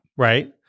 Right